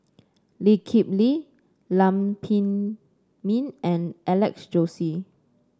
Lee Kip Lee Lam Pin Min and Alex Josey